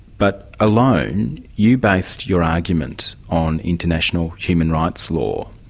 but alone you based your argument on international human rights law,